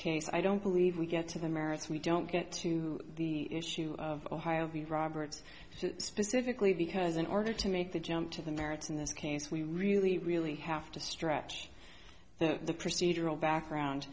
case i don't believe we get to the merits we don't get to the issue of ohio v roberts specifically because in order to make the jump to the merits in this case we really really have to stretch the procedural background